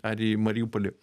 ar į mariupolį